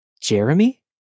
Jeremy